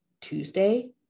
Tuesday